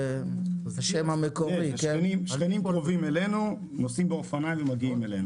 השכנים שלנו רוכבים על אופניים ומגיעים אלינו.